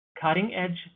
Cutting-edge